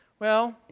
well,